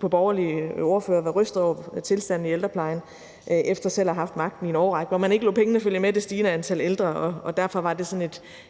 på borgerlige ordførere være rystet over tilstanden i ældreplejen efter selv at have haft magten i en årrække, hvor man ikke lod pengene følge med det stigende antal ældre, og derfor var det sådan lidt: